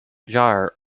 jar